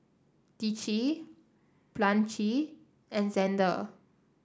Dicie Blanche and Xander